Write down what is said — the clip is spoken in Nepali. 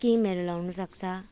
स्किमहरू ल्याउनुसक्छ